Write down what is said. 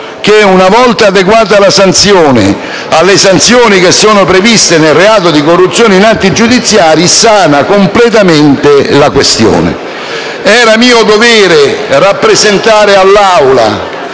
che, una volta adeguata la sanzione alle sanzioni previste nel reato di corruzione in atti giudiziari, sanerebbe completamente la questione. Era mio dovere rappresentare all'Assemblea,